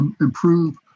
improve